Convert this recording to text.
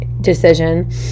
decision